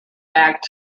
back